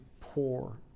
poor